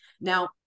Now